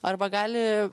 arba gali